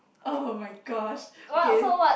oh my gosh okay